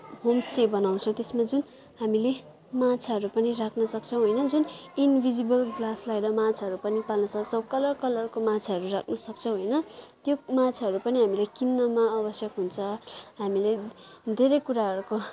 homestay बनाउँछौँ त्यसमा जुन हामीले माछाहरू पनि राख्न सक्छौँ होइन जुन इन्भिजिबल ग्लास लगाएर माछाहरू पनि पाल्न सक्छौँ कलर कलरको माछा राख्न सक्छौँ होइन त्यो माछाहरू पनि हामीले किन्नमा आवश्यक हुन्छ हामीले धेरै कुराहरूको